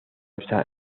está